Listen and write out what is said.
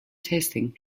testing